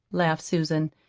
laughed susan.